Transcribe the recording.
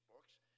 books